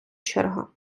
черга